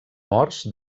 morts